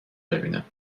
ببینم